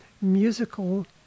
musical